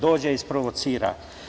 Dođe, isprovocira.